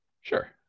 Sure